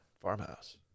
farmhouse